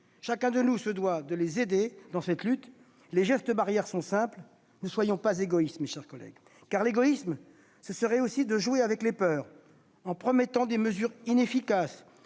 Chacun de nous se doit de les aider dans cette lutte. Les gestes barrières sont simples : ne soyons donc pas égoïstes ! L'égoïsme, ce serait aussi de jouer avec les peurs, en promettant des mesures inefficaces